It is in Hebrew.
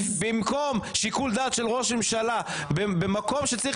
במקום שיקול דעת של ראש ממשלה במקום שצריך